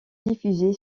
diffusée